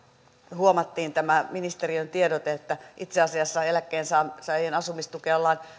huomattiin tämä ministeriön tiedote että itse asiassa eläkkeensaajien asumistukea ollaan